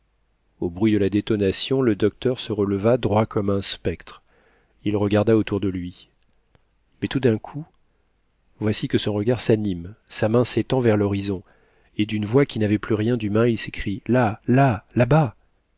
au bruit de la détonation le docteur se releva droit comme un spectre il regarda autour de lui mais tout d'un coup voici que son regard s'anime sa main s'étend vers l'horizon et d'une voix qui n'avait plus rien d'humain il s'écrie là là là-bas